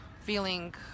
feeling